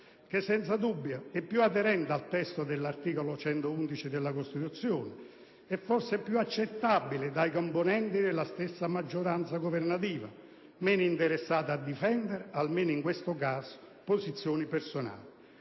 che senza dubbio è più aderente al testo dell'articolo 111 della Costituzione, e forse è più accettabile da componenti della stessa compagine governativa meno interessati a difendere, almeno in questo caso, posizioni personali.